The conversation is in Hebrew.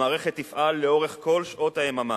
המערכת תפעל לאורך כל שעות היממה,